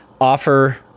offer